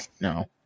No